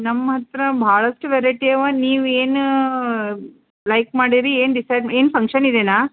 ನಮ್ಮ ಹತ್ರ ಭಾಳಷ್ಟು ವೆರೈಟಿ ಅವಾ ನೀವು ಏನು ಲೈಕ್ ಮಾಡೀರಿ ಏನು ಡಿಸೈಡ್ ಏನು ಫಂಕ್ಷನ್ ಇದೆಯಾ